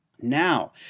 Now